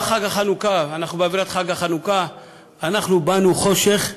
חג החנוכה, אנחנו באווירת חג החנוכה,